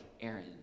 Aaron